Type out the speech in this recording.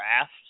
draft